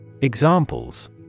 Examples